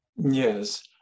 Yes